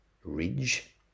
Ridge